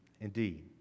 indeed